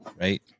right